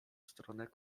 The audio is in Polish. stronę